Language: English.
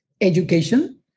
education